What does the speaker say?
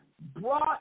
brought